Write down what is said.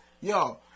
Yo